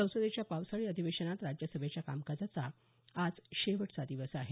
संसदेच्या पावसाळी अधिवेशनात राज्यसभेच्या कामकाजाचा आज शेवटचा दिवस आहे